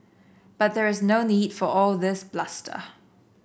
but there is no need for all this bluster